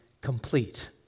complete